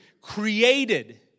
created